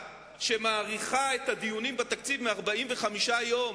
שמאריכה את משך הדיונים בתקציב מ-45 יום,